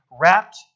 wrapped